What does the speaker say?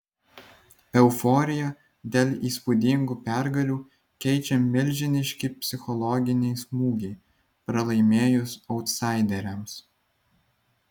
euforiją dėl įspūdingų pergalių keičia milžiniški psichologiniai smūgiai pralaimėjus autsaideriams